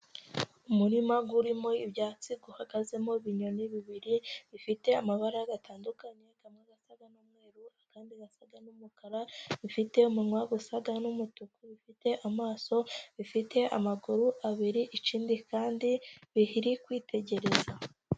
Umurima urimo ibyatsi uhagazemo binyoni bibiri bifite amabara atandukanye, amwe asa n'umweru, andi asaga n'umukara bifite umunwa usa n'umutuku. Bifite amaso, bifite amaguru abiri. Ikindi kandi biri kwitegereza.